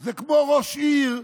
זה כמו ראש עיר.